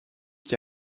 qui